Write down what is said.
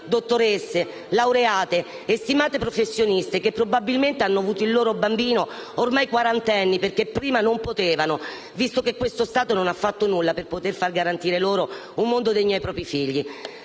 dottoresse, laureate e stimate professioniste, che probabilmente hanno avuto il loro bambino ormai quarantenni perché prima non potevano, visto che questo Stato non ha fatto nulla per poter far garantire loro un mondo degno ai propri figli.